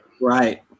Right